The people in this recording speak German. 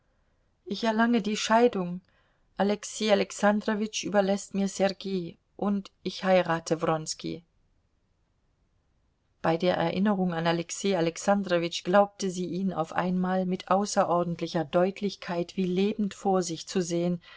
ich erlange die scheidung alexei alexandrowitsch überläßt mir sergei und ich heirate wronski bei der erinnerung an alexei alexandrowitsch glaubte sie ihn auf einmal mit außerordentlicher deutlichkeit wie lebend vor sich zu sehen